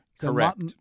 Correct